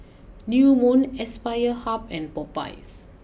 new Moon Aspire Hub and Popeyes